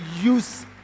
use